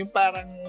parang